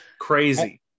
Crazy